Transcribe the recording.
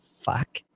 fuck